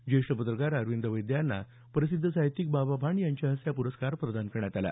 ज्येष्ठ पत्रकार अरविंद वैद्य यांना प्रसिद्ध साहित्यिक बाबा भांड यांच्या हस्ते हा पुरस्कार प्रदान करण्यात आला